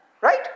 Right